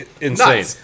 Insane